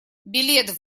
билет